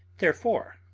therefore